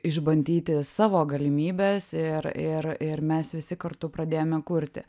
išbandyti savo galimybes ir ir ir mes visi kartu pradėjome kurti